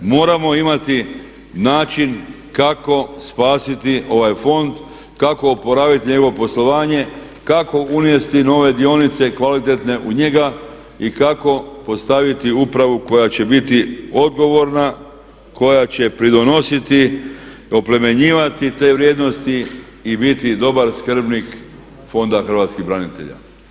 Moramo imati način kako spasiti ovaj fond, kako oporaviti njegovo poslovanje, kako uvesti nove dionice kvalitetne u njega i kako postaviti upravu koja će biti odgovorna, koja će doprinositi, oplemenjivati te vrijednosti i biti dobar skrbnih fonda hrvatskih branitelja.